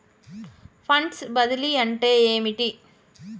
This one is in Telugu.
ఫండ్స్ బదిలీ అంటే ఏమిటి?